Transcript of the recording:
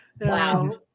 Wow